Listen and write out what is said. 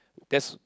that's